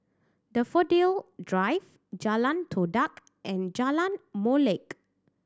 Daffodil Drive Jalan Todak and Jalan Molek